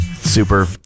Super